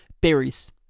berries